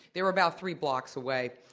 they were about three blocks away,